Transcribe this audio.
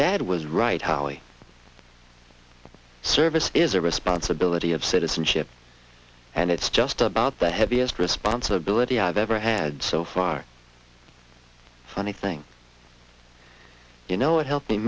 dad was right holly service is a responsibility of citizenship and it's just about the heaviest responsibility i've ever had so far funny thing you know of help